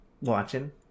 watching